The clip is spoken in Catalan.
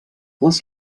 les